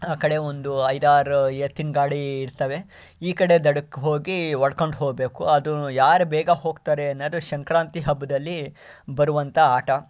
ಆ ಕಡೆ ಒಂದು ಐದಾರು ಎತ್ತಿನ ಗಾಡಿ ಇರ್ತವೆ ಈ ಕಡೆ ದಡಕ್ಕೆ ಹೋಗಿ ಓಡ್ಕೊಂಡು ಹೋಗಬೇಕು ಅದು ಯಾರು ಬೇಗ ಹೋಗ್ತಾರೆ ಅನ್ನೋದು ಸಂಕ್ರಾಂತಿ ಹಬ್ಬದಲ್ಲಿ ಬರುವಂಥ ಆಟ